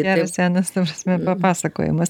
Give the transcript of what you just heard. geras senas ta prasme papasakojimas